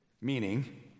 meaning